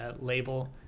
label